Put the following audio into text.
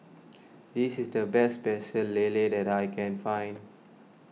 this is the best Pecel Lele that I can find